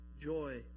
joy